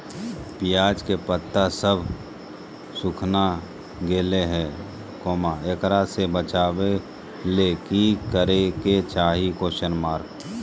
प्याज के पत्ता सब सुखना गेलै हैं, एकरा से बचाबे ले की करेके चाही?